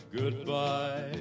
Goodbye